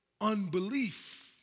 unbelief